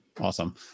awesome